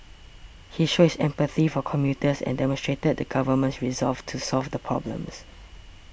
he showed his empathy for commuters and demonstrated the government's resolve to solve the problems